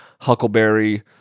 Huckleberry